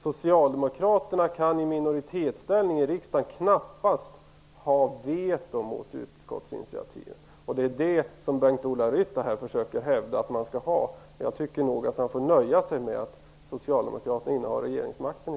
Socialdemokraterna kan i minoritetsställning i riksdagen knappast ha veto mot utskottsinitiativ. Bengt-Ola Ryttar försöker hävda att de skall ha det. Jag tycker nog att socialdemokraterna får nöja sig med att de innehar regeringsmakten i